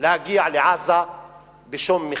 להגיע לעזה בשום מחיר.